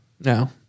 No